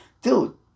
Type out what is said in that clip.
Dude